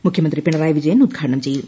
മുഖ്യമന്ത്രി പിണറായി വിജയൻ ഉദ്ഘാടനം ചെയ്യും